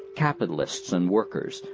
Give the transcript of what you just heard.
capitalists and workers,